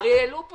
העלו פה